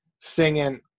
singing